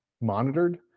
monitored